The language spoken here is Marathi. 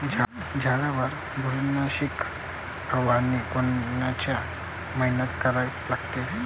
झाडावर बुरशीनाशक फवारनी कोनच्या मइन्यात करा लागते?